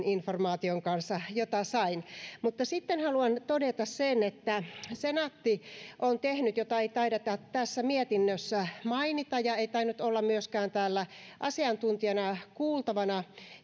informaation kanssa jota sain sitten haluan todeta sen mitä senaatti on tehnyt mitä ei taideta tässä mietinnössä mainita eikä senaatti tainnut olla myöskään asiantuntijana kuultavana